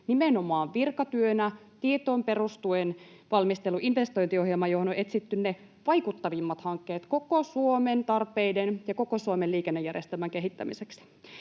nimenomaan virkatyönä, tietoon perustuen valmistellun investointiohjelman, johon on etsitty ne vaikuttavimmat hankkeet koko Suomen tarpeiden ja koko Suomen liikennejärjestelmän kehittämiseksi.